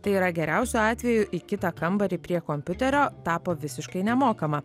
tai yra geriausiu atveju į kitą kambarį prie kompiuterio tapo visiškai nemokama